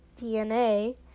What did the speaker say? DNA